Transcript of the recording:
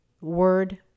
word